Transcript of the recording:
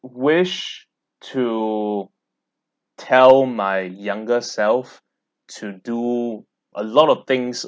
wish to tell my younger self to do a lot of things